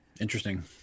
Interesting